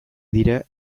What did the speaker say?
dira